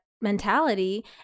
mentality